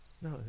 no